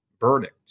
verdict